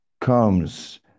comes